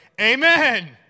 amen